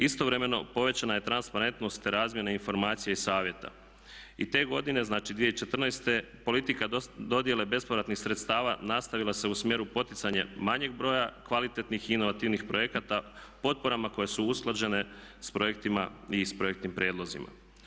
Istovremeno povećana je transparentnost razmjene informacija i savjeta i te godine, znači 2014. politika dodjele bespovratnih sredstava nastavila se u smjeru poticanja manjeg broja kvalitetnih i inovativnih projekata potporama koje su usklađene s projektima i s projektnim prijedlozima.